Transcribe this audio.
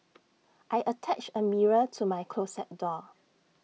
I attached A mirror to my closet door